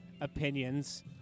opinions